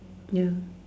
ya